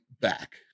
back